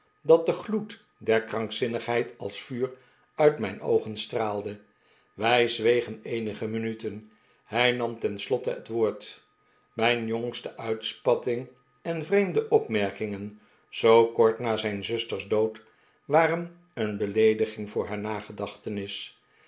dat de gloed der krankzinnigheid als vuur uit mijn oogen straalde wij zwegen eenige minuten hij nam ten slotte het woord mijn jongste uitspattingen en vreemde opmerkingen zoo kort na zijn zusters dood waren een beleediging voor haar nagedachtenis